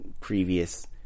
previous